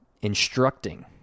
instructing